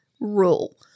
rule